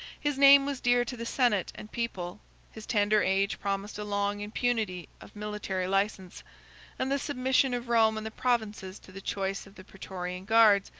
his name was dear to the senate and people his tender age promised a long impunity of military license and the submission of rome and the provinces to the choice of the praetorian guards,